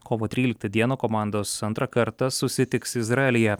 kovo tryliktą dieną komandos antrą kartą susitiks izraelyje